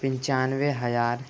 پنچانورے ہزار